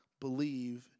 believe